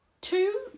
Two